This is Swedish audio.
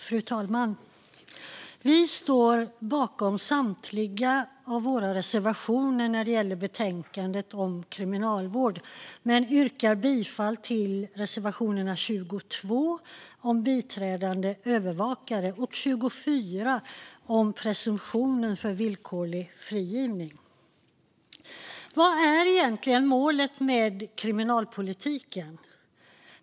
Fru talman! Vi står bakom samtliga våra reservationer i betänkandet om kriminalvård men yrkar bifall endast till reservationerna 22 om biträdande övervakare och 24 om presumtionen för villkorlig frigivning. Vad är egentligen målet med kriminalpolitiken?